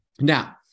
Now